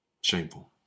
Shameful